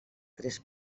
tres